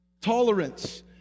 Tolerance